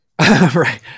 Right